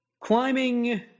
climbing